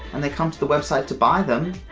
and they come to the website to buy them,